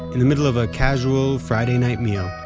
in the middle of a casual friday night meal,